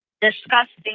disgusting